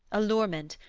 allurement,